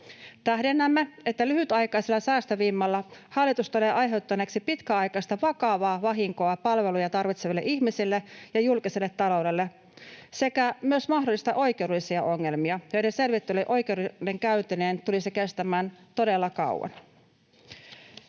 Tähdennämme, että lyhytaikaisella säästövimmalla hallitus tulee aiheuttaneeksi pitkäaikaista vakavaa vahinkoa palveluja tarvitseville ihmisille ja julkiselle taloudelle sekä myös mahdollistaa oikeudellisia ongelmia, joiden selvittely oikeudenkäynteineen tulisi kestämään todella kauan.